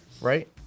right